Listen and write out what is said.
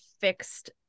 fixed